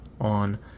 on